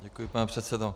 Děkuji, pane předsedo.